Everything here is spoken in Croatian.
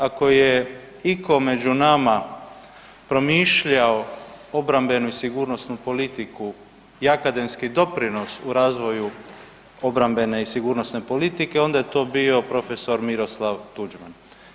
Ako je iko među nama promišljao obrambenu i sigurnosnu politiku i akademski doprinos u razvoju obrambene i sigurnosne politike onda je to bio prof. Miroslav Tuđman.